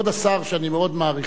שאני מאוד מעריכה ומכבדת,